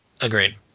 Agreed